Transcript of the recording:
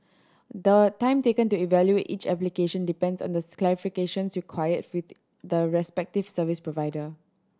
the time taken to evaluate each application depends on the clarifications required with the respective service provider